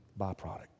byproduct